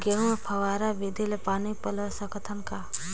गहूं मे फव्वारा विधि ले पानी पलोय सकत हन का?